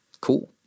Cool